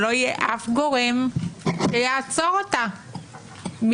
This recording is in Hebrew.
שלא יהיה אף גורם שיעצור אותה מלשלוח